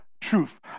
truth